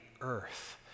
earth